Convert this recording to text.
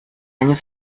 años